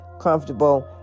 comfortable